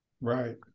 Right